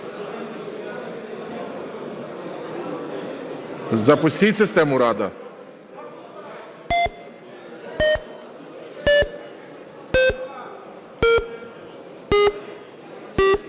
Запустіть систему "Рада".